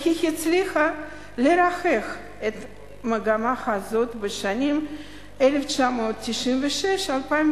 והיא הצליחה לרכך את המגמה הזאת בשנים 1996 2002